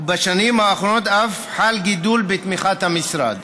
ובשנים האחרונות אף חל גידול בתמיכת המשרד.